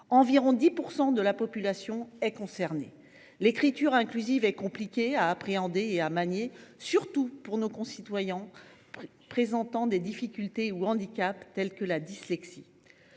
environ 10 % de la population sont concernés. L’écriture inclusive est compliquée à appréhender et à manier, surtout pour nos concitoyens présentant des difficultés ou des handicaps tels que la dyslexie.